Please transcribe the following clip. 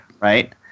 Right